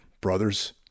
brothers